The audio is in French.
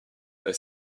elle